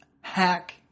hack